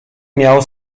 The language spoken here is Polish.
miał